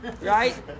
right